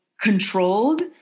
controlled